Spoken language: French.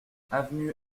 avenue